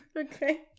Okay